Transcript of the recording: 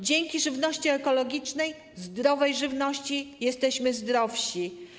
Dzięki żywności ekologicznej, zdrowej żywności jesteśmy zdrowsi.